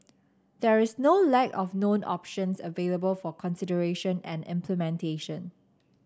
there is no lack of known options available for consideration and implementation